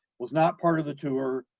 was not part of the tour,